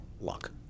luck